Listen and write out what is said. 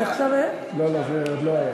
זה עכשיו, לא, לא, זה עוד לא היה.